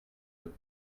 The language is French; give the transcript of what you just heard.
eux